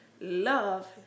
love